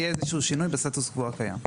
אנחנו לא רוצים שיהיה שינוי בסטטוס קוו הקיים.